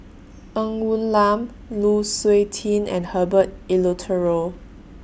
Ng Woon Lam Lu Suitin and Herbert Eleuterio